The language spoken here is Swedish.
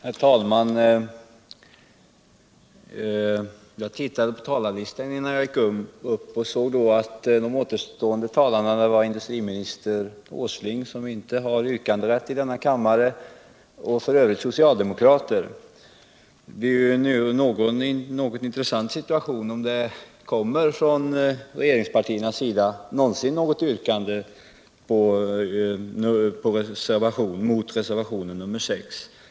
Herr talman! Jag tittade på talarlistan innan jag gick upp hit och fann att de återstående talarna i detta ärende bestod av industriministern Åsling, som inte har rätt att ställa yrkanden i denna kammare, och några socialdemokrater. Det blir därför intressant att se om det från regeringspartiernas sida kommer något avslagsyrkande på reservationen 6.